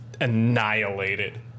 annihilated